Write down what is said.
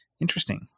interesting